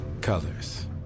Colors